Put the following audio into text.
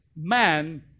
man